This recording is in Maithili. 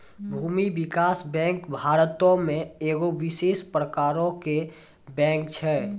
भूमि विकास बैंक भारतो मे एगो विशेष प्रकारो के बैंक छै